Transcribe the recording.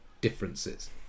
differences